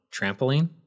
trampoline